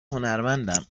هنرمندم